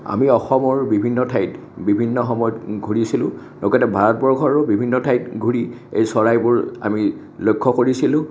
আমি অসমৰ বিভিন্ন ঠাইত বিভিন্ন সময়ত ঘূৰিছিলোঁ লগতে ভাৰতবৰ্ষৰো বিভিন্ন ঠাইত ঘূৰি এই চৰাইবোৰ আমি লক্ষ্য় কৰিছিলোঁ